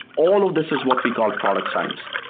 all of this is what we call product science.